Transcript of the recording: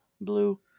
blue